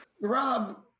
Rob